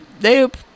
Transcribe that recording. Nope